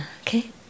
okay